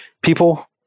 people